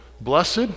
blessed